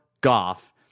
Goff